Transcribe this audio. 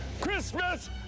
Christmas